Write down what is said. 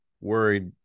worried